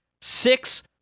six